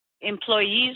employees